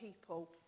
people